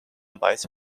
vice